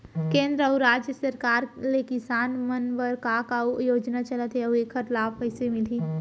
केंद्र अऊ राज्य सरकार ले किसान मन बर का का योजना चलत हे अऊ एखर लाभ कइसे मिलही?